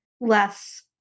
less